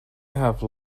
have